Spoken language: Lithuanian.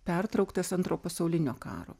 pertrauktas antro pasaulinio karo